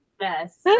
yes